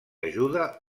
ajuda